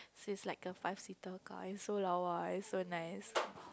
so it's like a five seater car is so lawa is so nice